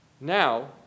Now